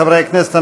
חברי הכנסת,